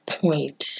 point